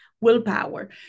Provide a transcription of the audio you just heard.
willpower